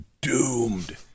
doomed